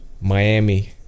Miami